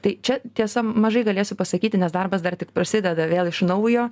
tai čia tiesa mažai galėsiu pasakyti nes darbas dar tik prasideda vėl iš naujo